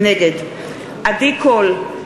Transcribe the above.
נגד עדי קול,